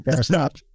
stop